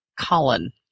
Colin